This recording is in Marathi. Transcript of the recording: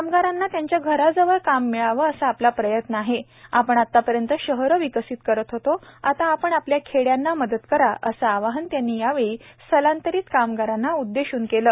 कामगारांना त्यांच्या घराजवळ काम मिळावं असा आपला प्रयत्न आहे आपण आतापर्यंत शहरं विकसित करत होता आता आपण आपल्या खेड्यांना मदत करा असं आवाहन त्यांनी यावेळी स्थलांतरित कामरांना उद्देशून केलं